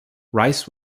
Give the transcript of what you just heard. rice